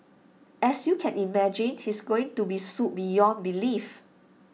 as you can imagine he's going to be sued beyond belief